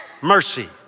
mercy